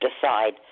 decide